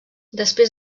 després